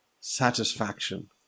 satisfaction